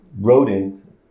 rodent